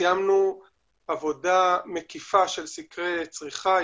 סיימנו עבודה מקיפה של סקרי צריכה,